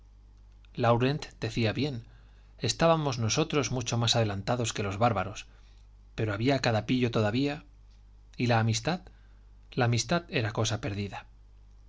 laurent decía bien estábamos nosotros mucho más adelantados que los bárbaros pero había cada pillo todavía y la amistad la amistad era cosa perdida